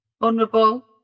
vulnerable